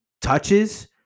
touches